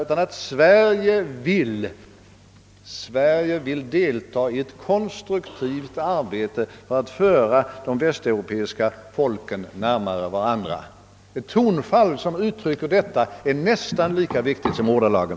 utan att Sverige vill deltaga i ett konstruktivt arbete för att föra de västeuropeiska folken närmare varandra. Ett tonfall som uttrycker detta är nästan lika viktigt som ordalagen.